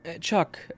Chuck